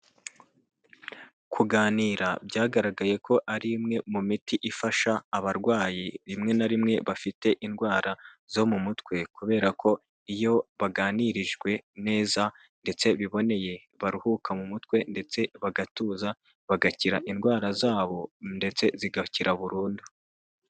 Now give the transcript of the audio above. Kuganira byagaragaye ko ari imwe mu miti ifasha abarwayi rimwe na rimwe bafite indwara zo mu mutwe, kubera ko iyo baganirijwe neza ndetse biboneye baruhuka mu mutwe ndetse bagatuza, bagakira indwara zabo ndetse zigakira burundu.